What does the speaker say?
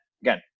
Again